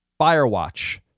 Firewatch